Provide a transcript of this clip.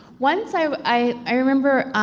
once i i remember